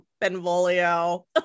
Benvolio